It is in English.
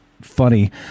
funny